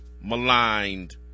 maligned